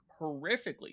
horrifically